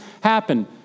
happen